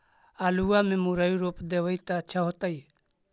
आलुआ में मुरई रोप देबई त अच्छा होतई?